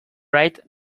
wright